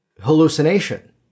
hallucination